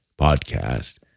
podcast